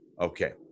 Okay